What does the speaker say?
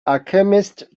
alchemist